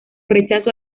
rechazo